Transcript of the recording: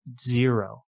zero